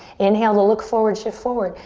inhale to look forward, shift forward.